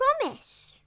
promise